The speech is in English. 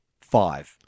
five